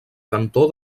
cantó